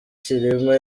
cyilima